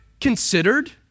considered